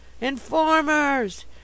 Informers